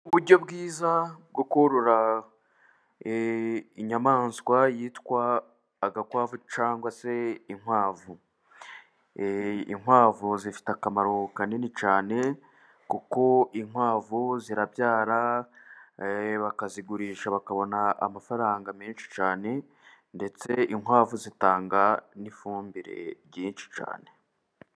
Uburyo bwiza bwo korora inyamaswa yitwa agakwavu cyangwa se inkwavu. Inkwavu zifite akamaro kanini cyane, kuko inkwavu zirabyara bakazigurisha bakabona amafaranga menshi cyane, ndetse inkwavu zitanga n'ifumbire nyinshi cyane.